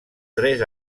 tres